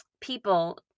people